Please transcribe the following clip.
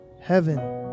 heaven